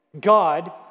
God